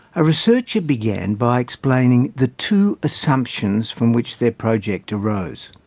a researcher began by explaining the two assumptions from which their project arose.